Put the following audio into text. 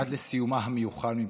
עד לסיומה המיוחל מבחינתם.